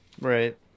Right